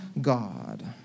God